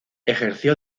ejerció